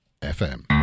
FM